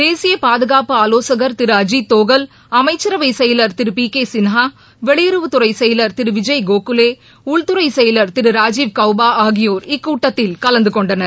தேசிய பாதுகாப்பு ஆலோசகள் திரு அஜித் தோகல் அமைச்சரவை செயலர் திரு பி கே சின்ஹா வெளியுறவுத்துறை செயவா் திரு விஜய் கோகலே உள்துறை செயலா் திரு ராஜிவ் கௌபா ஆகியோர் இக்கூட்டத்தில் கலந்து கொண்டனர்